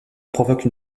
provoque